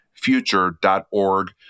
Future.org